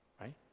Right